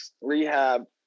rehab